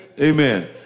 amen